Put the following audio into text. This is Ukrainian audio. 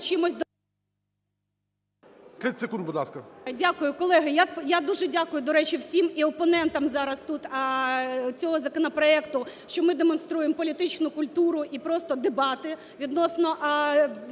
Дякую. Колеги, я дуже дякую, до речі, всім (і опонентам зараз тут цього законопроекту), що ми демонструємо політичну культуру і просто дебати відносно